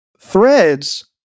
Threads